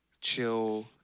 Chill